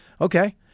okay